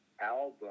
album